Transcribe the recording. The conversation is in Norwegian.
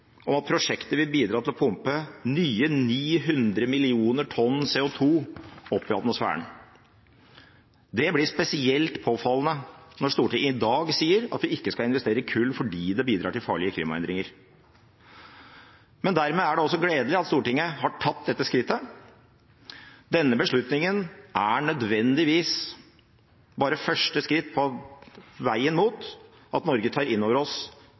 om at prosjektet vil bidra til å pumpe nye 900 millioner tonn CO2 opp i atmosfæren. Det blir spesielt påfallende når vi i Stortinget i dag sier at vi ikke skal investere i kull fordi det bidrar til farlige klimaendringer. Men dermed er det også gledelig at Stortinget har tatt dette skrittet. Denne beslutningen er nødvendigvis bare første skritt på veien mot at vi i Norge tar inn over oss